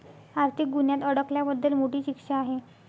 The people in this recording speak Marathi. आर्थिक गुन्ह्यात अडकल्याबद्दल मोठी शिक्षा आहे